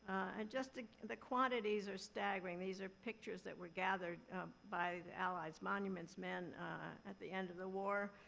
and just the quantities are staggering. these are pictures that were gathered by the allies' monuments men at the end of the war.